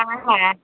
হ্যাঁ হ্যাঁ